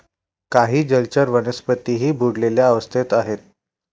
काही जलचर वनस्पतीही बुडलेल्या अवस्थेत आहेत